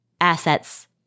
assets